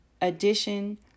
addition